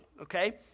Okay